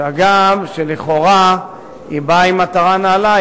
הגם שלכאורה היא באה עם מטרה נעלה,